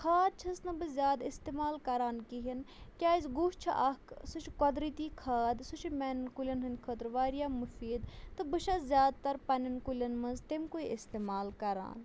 کھاد چھَس نہٕ بہٕ زیادٕ استعمال کَران کِہیٖنۍ کیٛازِ گُہ چھُ اَکھ سُہ چھُ قۄدرٔتی کھاد سُہ چھُ میٛانٮ۪ن کُلٮ۪ن ہٕنٛدۍ خٲطرٕ واریاہ مُفیٖد تہٕ بہٕ چھَس زیادٕ تَر پنٛنٮ۪ن کُلٮ۪ن منٛز تمکُے استعمال کَران